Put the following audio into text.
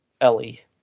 Ellie